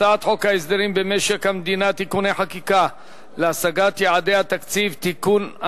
הצעת חוק הסדרים במשק המדינה (תיקוני חקיקה להשגת יעדי התקציב) (תיקון,